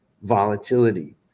volatility